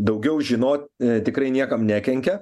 daugiau žinot tikrai niekam nekenkia